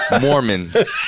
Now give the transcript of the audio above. Mormons